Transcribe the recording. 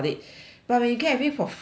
but when you get everything for free right